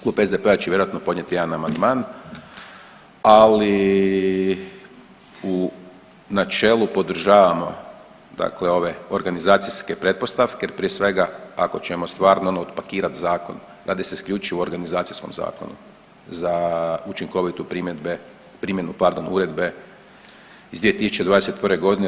Klub SDP-a će vjerojatno podnijeti jedan amandman, ali u načelu podržavamo dakle ove organizacijske pretpostavke jer prije svega ako ćemo stvarno ono otpakirati zakon radi se isključivo o organizacijskom zakonu za učinkovitu primjedbe, primjenu pardon uredbe iz 2021. godine.